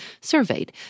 surveyed